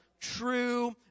true